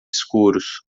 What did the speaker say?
escuros